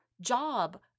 job